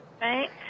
Right